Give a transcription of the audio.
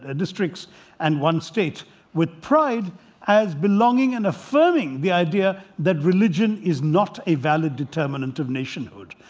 ah districts and one state with pride as belonging and affirming the idea that religion is not a valid determinant of nationhood.